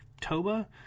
toba